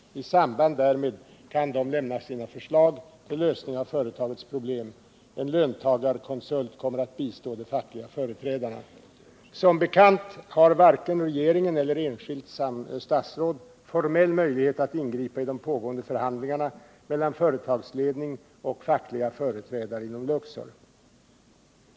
I samband därmed kan dessa lämna sina förslag till lösning av företagets problem. En löntagarkonsult kommer att bistå de fackliga företrädarna. Som bekant har varken regeringen eller ett enskilt statsråd formell möjlighet att ingripa i de pågående förhandlingarna mellan företagsledning och fackliga företrädare inom Luxor.